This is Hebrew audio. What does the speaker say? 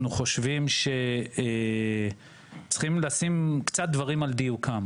אנחנו חושבים שצריכים לשים קצת דברים עם דיוקם.